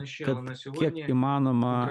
kad kiek įmanoma